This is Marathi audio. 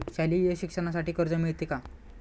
शालेय शिक्षणासाठी कर्ज मिळते का?